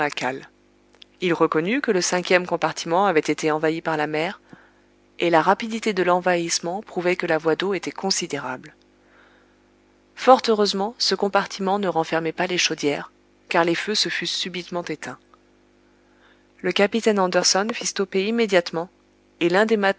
il reconnut que le cinquième compartiment avait été envahi par la mer et la rapidité de l'envahissement prouvait que la voie d'eau était considérable fort heureusement ce compartiment ne renfermait pas les chaudières car les feux se fussent subitement éteints le capitaine anderson fit stopper immédiatement et l'un des